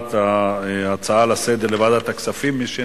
העברת ההצעה לסדר-היום לוועדת הכספים, ומי שנגד,